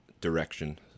direction